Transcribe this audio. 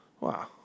Wow